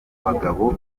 bagabo